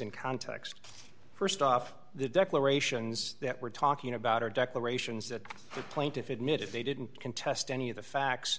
in context st off the declarations that we're talking about are declarations that the plaintiff admitted they didn't contest any of the facts